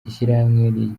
ishyirahamwe